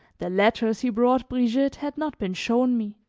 the letters he brought brigitte had not been shown me